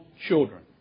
children